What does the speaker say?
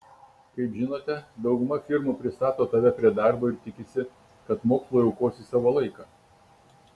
kaip žinote dauguma firmų pristato tave prie darbo ir tikisi kad mokslui aukosi savo laiką